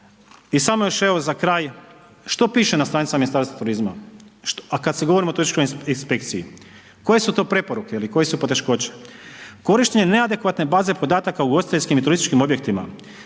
I samo još evo za kraj, što piše na stranicama Ministarstva turizma, a kad se govorimo o turističkoj inspekciji, koje su to preporuke ili koje su poteškoće? Korištenje neadekvatne baze podataka u ugostiteljskim i turističkim objektima,